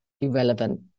irrelevant